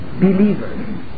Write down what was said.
believers